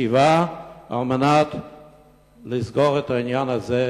ישיבה על מנת לסגור את העניין הזה,